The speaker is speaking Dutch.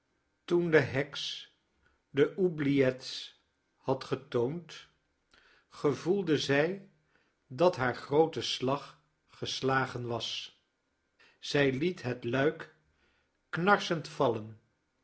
toen de heks de oubliettes had getoond gevoelde zij dat haargroote slag geslagen was zij liet het luik knarsend vallen